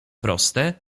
proste